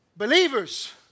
Believers